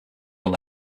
were